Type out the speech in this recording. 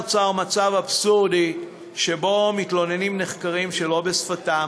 נוצר מצב אבסורדי שבו מתלוננים נחקרים שלא בשפתם